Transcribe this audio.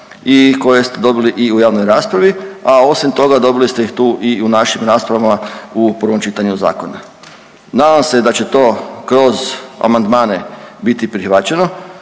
i koje ste dobili i u javnoj raspravi, a osim toga dobili ste ih tu i u našim raspravama u prvom čitanju zakona. Nadam se da će to kroz amandmane biti prihvaćeno,